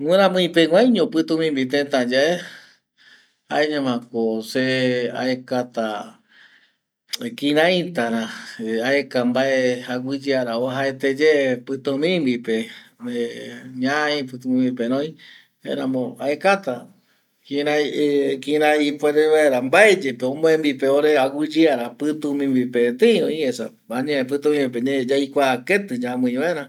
Miramii peguaaiño pitumimbi teta yae jaeñoma ko se aekata, kiraitara aeka mbae aguiyeara vuajaeteye pitumimbi pe ñai, pitumimbi pe roi jaeramo aekata kirai kirai ipuere vaera mbae yepe omoembipe ore aguiyeara pitumimbi pe etei roi esa añae pitumimbi pe ñai yae yaikua keti ñamii vaera